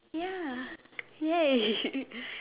ya !yay!